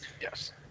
Yes